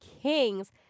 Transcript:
Kings